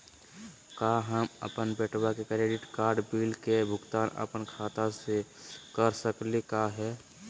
का हम अपन बेटवा के क्रेडिट कार्ड बिल के भुगतान अपन खाता स कर सकली का हे?